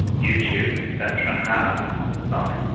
youtube, etc. has on sites.